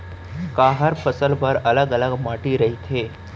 का हर फसल बर अलग अलग माटी रहिथे?